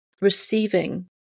receiving